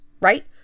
right